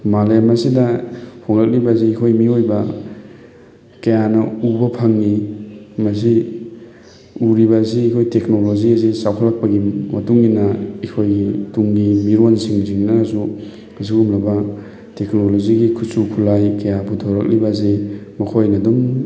ꯃꯥꯂꯦꯝ ꯑꯁꯤꯗ ꯍꯣꯡꯂꯛꯂꯤꯕꯁꯤ ꯑꯩꯈꯣꯏ ꯃꯤꯑꯣꯏꯕ ꯀꯌꯥꯅ ꯎꯕ ꯐꯪꯉꯤ ꯃꯁꯤ ꯎꯔꯤꯕ ꯑꯁꯤ ꯑꯩꯈꯣꯏ ꯇꯦꯛꯅꯣꯂꯣꯖꯤꯁꯤ ꯆꯥꯎꯈꯠꯂꯛꯄꯒꯤ ꯃꯇꯨꯡꯏꯟꯅ ꯑꯩꯈꯣꯏꯒꯤ ꯇꯨꯡꯒꯤ ꯃꯤꯔꯣꯜꯁꯤꯡꯁꯤꯅꯁꯨ ꯑꯁꯤꯒꯨꯝꯂꯕ ꯇꯦꯛꯅꯣꯂꯣꯖꯤꯒꯤ ꯈꯨꯠꯁꯨ ꯈꯨꯠꯂꯥꯏ ꯀꯌꯥ ꯄꯨꯊꯣꯔꯛꯂꯤꯕꯁꯤ ꯃꯈꯣꯏꯅ ꯑꯗꯨꯝ